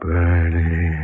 Burning